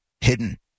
hidden